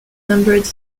numbered